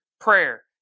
prayer